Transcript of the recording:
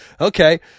okay